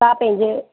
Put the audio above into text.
पंहिंजे